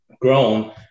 grown